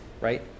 right